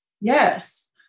Yes